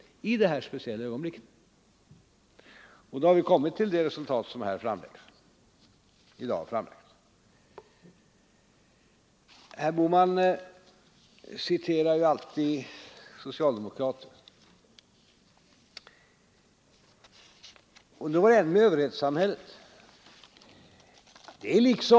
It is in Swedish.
Vi kom den här gången till det förslag som i dag framläggs. Herr Bohman citerar alltid socialdemokraterna och nämner överhetssamhället.